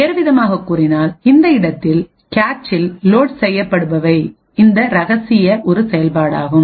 வேறுவிதமாகக் கூறினால் இந்த இடத்தில் கேச்சில் லோட் செய்யப்படுபவை இந்த இரகசிய ஒரு செயல்பாடாகும்